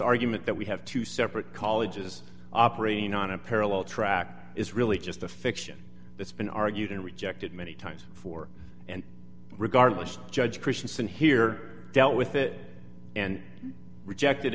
argument that we have two separate colleges operating on a parallel track is really just a fiction that's been argued and rejected many times before and regardless judge christiansen here dealt with it and rejected